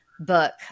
book